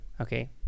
Okay